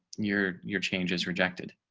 your, your changes rejected.